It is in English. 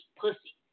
pussy